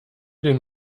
den